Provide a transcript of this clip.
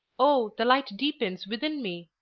oh! the light deepens within me!